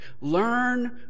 Learn